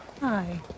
Hi